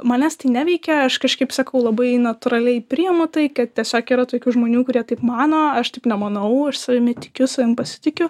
manęs tai neveikia aš kažkaip sakau labai natūraliai priimu tai kad tiesiog yra tokių žmonių kurie taip mano aš taip nemanau aš savimi tikiu savim pasitikiu